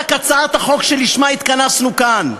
רק הצעת החוק לשמה התכנסנו כאן.